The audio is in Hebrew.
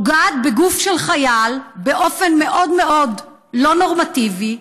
נוגעת בגוף של חייל באופן מאוד מאוד לא נורמטיבי,